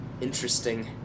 interesting